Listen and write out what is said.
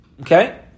Okay